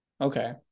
Okay